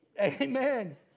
Amen